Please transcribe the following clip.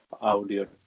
audio